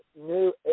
new